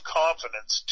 confidence